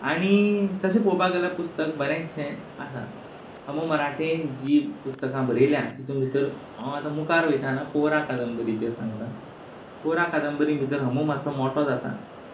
आनी तशें पळोवपाक गेल्यार पुस्तक बरेंचशें आसा ह मो मराठेन जीं पुस्तकां बरयल्यांत तितूंन भितर हांव आतां मुखार वयतना पोहरा कादंबरीचेर सांगतां पोहरा कादंबरी भितर ह मो मातसो मोठो जाता